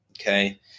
Okay